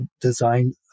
designed